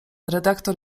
redaktor